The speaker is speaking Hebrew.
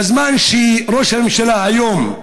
בזמן שראש הממשלה היום,